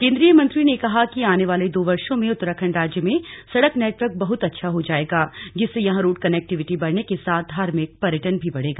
केंद्रीय मंत्री ने कहा कि आने वाले दो वर्षो में उत्तराखंड राज्य में सड़क नेटवर्क बहुत अच्छ हो जायेगा जिससे यहां रोड़ कनेक्टिविटी बढ़ने के साथ धार्मिक पर्यटन भी बढ़ेगा